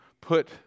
put